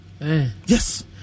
Yes